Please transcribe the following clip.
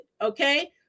Okay